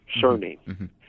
surname